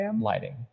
lighting